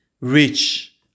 rich